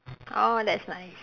orh that's nice